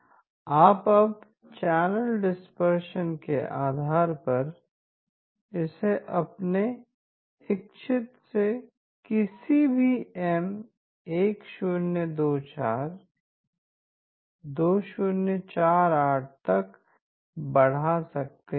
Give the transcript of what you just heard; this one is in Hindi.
अब आप चैनल डिस्पर्शन के आधार पर इसे अपने इच्छित से किसी भी M 1024 2048 तक बढ़ा सकते हैं